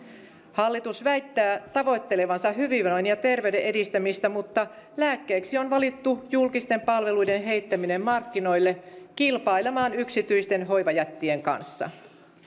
hallitus väittää tavoittelevansa hyvinvoinnin ja terveyden edistämistä mutta lääkkeeksi on valittu julkisten palveluiden heittäminen markkinoille kilpailemaan yksityisten hoivajättien kanssa